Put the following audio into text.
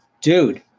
Dude